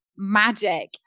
magic